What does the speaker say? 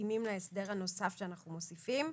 ומתאימים להסדר הנוסף שאנחנו מוסיפים.